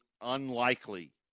unlikely